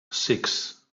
six